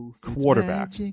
quarterback